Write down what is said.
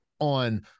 on